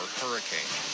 hurricane